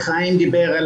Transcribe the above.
חיים דיבר על